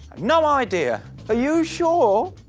no idea. are you sure?